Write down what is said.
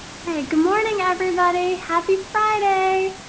okay. good morning everybody! happy friday!